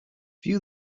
view